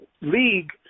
league